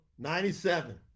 97